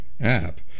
app